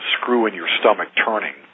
screw-in-your-stomach-turning